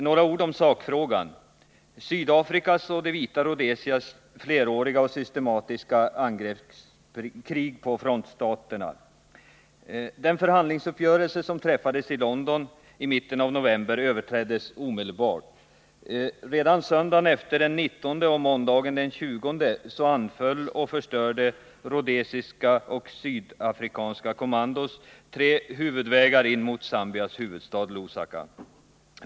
Några ord om sakfrågan — Sydafrikas och det vita Rhodesias fleråriga och systematiska angreppskrig på frontstaterna. Den förhandlingsuppgörelse som träffades i London i mitten av november överträddes omedelbart. Redan den 19 och 20 november anföll och förstörde rhodesiska och sydafrikanska commandos tre huvudvägar in mot Zambias huvudstad Lusaka.